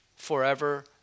forever